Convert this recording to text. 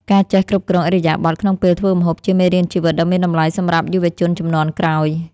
ការចេះគ្រប់គ្រងឥរិយាបថក្នុងពេលធ្វើម្ហូបជាមេរៀនជីវិតដ៏មានតម្លៃសម្រាប់យុវជនជំនាន់ក្រោយ។